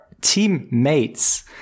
Teammates